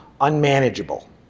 unmanageable